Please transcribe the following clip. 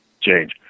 change